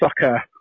soccer